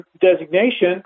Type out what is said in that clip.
designation